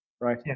Right